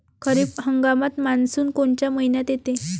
खरीप हंगामात मान्सून कोनच्या मइन्यात येते?